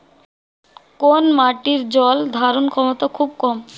কোন মাটির জল ধারণ ক্ষমতা খুব কম?